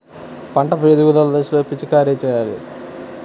పంట ఎదుగుదల ఏ దశలో పిచికారీ చేయాలి?